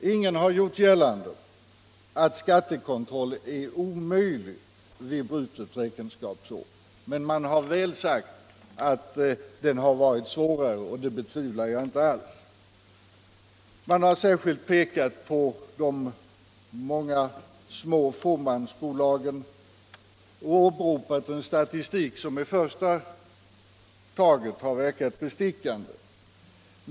Ingen har gjort gällande att skattekontroll är omöjlig vid brutet räkenskapsår, men man har framhållit att den är svårare då, och det betvivlar jag inte. Man har särskilt pekat på de många fåmansbolagen och åberopat en statistik som i första taget verkat bestickande.